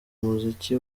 umuziki